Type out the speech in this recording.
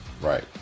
right